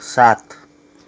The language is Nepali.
सात